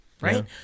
Right